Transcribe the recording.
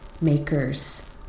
maker's